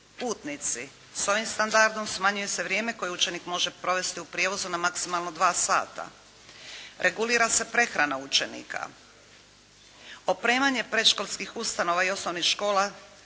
putnici. S ovim standardom smanjuje se vrijeme koje učenik može provesti u prijevozu na maksimalno 2 sata. Regulira se prehrana učenika. Opremanje predškolskih ustanova i osnovnih škola